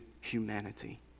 humanity